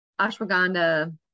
ashwagandha